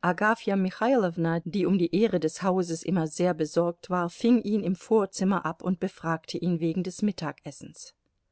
agafja michailowna die um die ehre des hauses immer sehr besorgt war fing ihn im vorzimmer ab und befragte ihn wegen des mittagessens